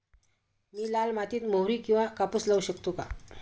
मी लाल मातीत मोहरी किंवा कापूस लावू शकतो का?